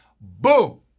boom